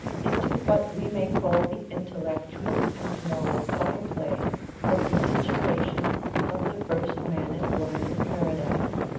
into what we may call the intellectual and moral by-play of the situation of the first man and woman in paradise,